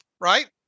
right